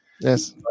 yes